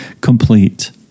complete